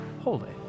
holy